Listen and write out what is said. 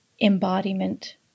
embodiment